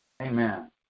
Amen